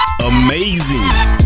amazing